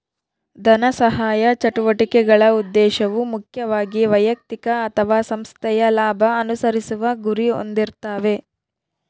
ಧನಸಹಾಯ ಚಟುವಟಿಕೆಗಳ ಉದ್ದೇಶವು ಮುಖ್ಯವಾಗಿ ವೈಯಕ್ತಿಕ ಅಥವಾ ಸಂಸ್ಥೆಯ ಲಾಭ ಅನುಸರಿಸುವ ಗುರಿ ಹೊಂದಿರ್ತಾವೆ